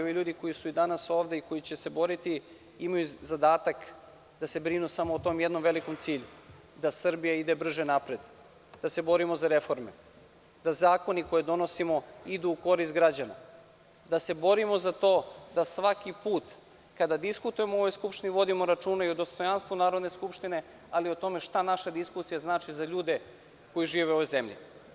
Ovi ljudi koji su i danas ovde i koji će se boriti, imaju zadatak da se brinu samo o tom jednom velikom cilju da Srbija ide brže napred, da se borimo za reforme, da zakoni koje donosimo idu u korist građana, da se borimo za to da svaki put kada diskutujemo u ovoj skupštini vodimo računa i o dostojanstvu Narodne skupštine, ali i o tome šta naša diskusija znači za ljude koji žive u ovoj zemlji.